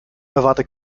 erwarte